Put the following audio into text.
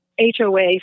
HOA